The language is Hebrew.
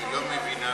היא לא מבינה,